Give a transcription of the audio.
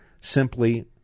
simply